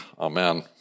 Amen